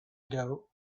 ago